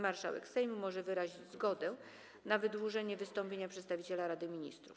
Marszałek Sejmu może wyrazić zgodę na wydłużenie wystąpienia przedstawiciela Rady Ministrów.